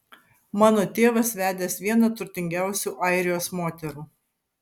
mano tėvas vedęs vieną turtingiausių airijos moterų